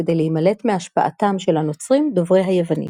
כדי להימלט מהשפעתם של הנוצרים דוברי-היוונית.